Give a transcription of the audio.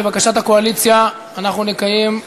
לבקשת הקואליציה אנחנו נקיים,